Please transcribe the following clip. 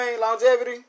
longevity